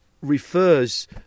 refers